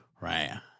Right